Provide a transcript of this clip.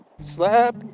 Slap